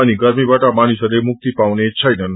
अनि गम्रीबाट मानिसहरूले मुक्ति पाउने छैनन्